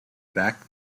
back